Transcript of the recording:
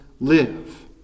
live